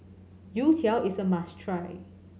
Youtiao is a must try